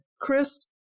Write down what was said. Chris